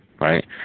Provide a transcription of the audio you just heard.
right